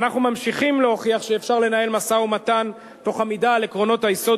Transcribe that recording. ואנחנו ממשיכים להוכיח שאפשר לנהל משא-ומתן תוך עמידה על עקרונות היסוד,